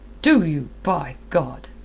do you, by god!